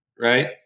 right